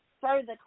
further